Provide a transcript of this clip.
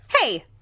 Hey